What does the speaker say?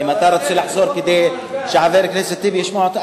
אם אתה רוצה לחזור כדי שחבר הכנסת טיבי ישמע אותך,